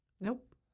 nope